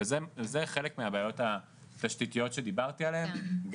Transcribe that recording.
וזה חלק מהבעיות התשתיתיות שדיברתי עליהם,